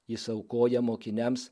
jis aukoja mokiniams